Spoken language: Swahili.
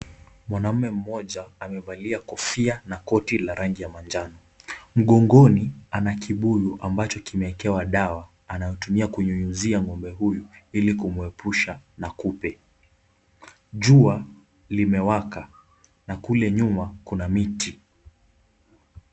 Mwanamme mmoja amevalia kofia na koti la rangi ya manjano , mgongoni ana kibuyu ambacho kimeekewa dawa anayotumia kunyunyizia ng'ombe huyu ili kumwepusha na kupe, jua limewaka na kule nyuma kuna miti.